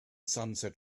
sunset